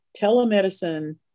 telemedicine